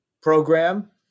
program